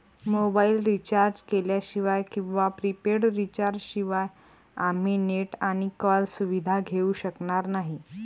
mobile recharge केल्याशिवाय किंवा prepaid recharge शिवाय आम्ही नेट आणि कॉल सुविधा घेऊ शकणार नाही